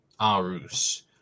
Arus